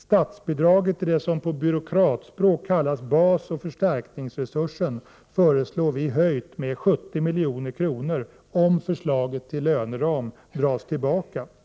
Statsbidraget till det som på byråkratspråk kallas basoch förstärkningsresursen föreslås höjt med 70 milj.kr. om förslaget om löneram dras tillbaka.